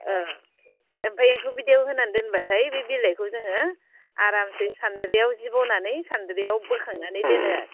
अ ओमफ्राय एम्फौ बिदैयाव होनानै दोनबाथाय बे बिलाइखौ जोङो आरामसे सानद्रियाव जि बनानै सानद्रियाव बोखांनानै दोनो आरो